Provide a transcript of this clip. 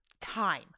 time